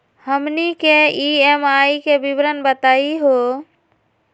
हमनी के ई.एम.आई के विवरण बताही हो?